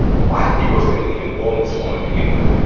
why is negro still even on this form to begin with?